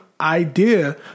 idea